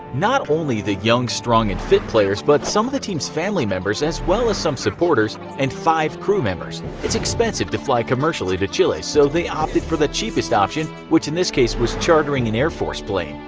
not only the young, strong and fit players, but some of the team's family members as well as some supporters and five crew members. it's expensive to fly commercially to chile, so they opted for the cheapest option which in this case was chartering an air force plane.